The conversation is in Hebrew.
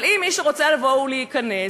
אבל אם מישהו רוצה לבוא ולהיכנס,